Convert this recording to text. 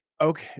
okay